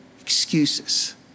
excuses